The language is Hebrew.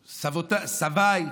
סביי,